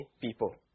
people